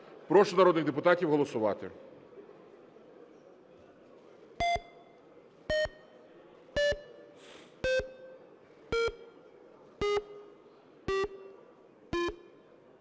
Прошу народних депутатів голосувати.